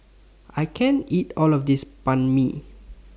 I can't eat All of This Banh MI